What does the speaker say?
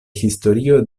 historio